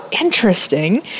interesting